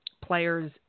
players